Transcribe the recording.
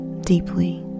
deeply